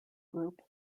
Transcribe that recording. group